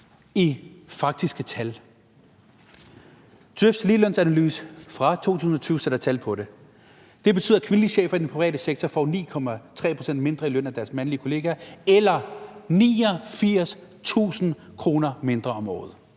i faktiske tal? Djøfs ligelønsanalyse fra 2020 sætter tal på det. Det betyder, at kvindelige chefer i den private sektor får 9,3 pct. mindre i løn end deres mandlige kollegaer – eller 89.000 kr. mindre om året.